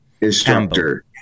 instructor